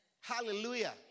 Hallelujah